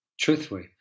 Truthfully